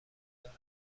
دارم